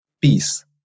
peace